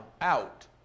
out